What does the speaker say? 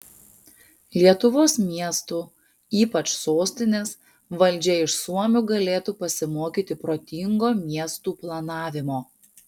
lietuvos miestų ypač sostinės valdžia iš suomių galėtų pasimokyti protingo miestų planavimo